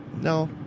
No